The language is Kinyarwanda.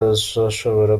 bazashobora